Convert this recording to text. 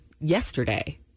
yesterday